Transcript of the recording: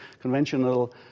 conventional